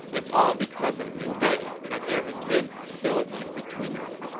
it's all because of liu bei that there has been hostilities between us.